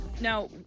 Now